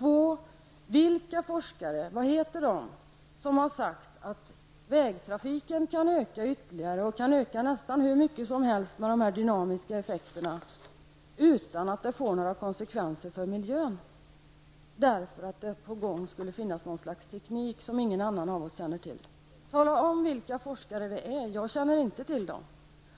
Vad heter de forskare som har sagt att vägtrafiken kan öka ytterligare, nästan hur mycket som helst, med dessa dynamiska effekter utan att det får några konsekvenser för miljö, därför att det skulle finnas något slags teknik som ingen av oss känner till? Tala om vilka forskare det är. Jag känner inte till dem.